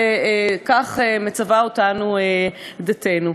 כך מצווה אותנו דתנו.